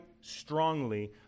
strongly